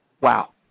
Wow